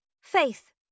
Faith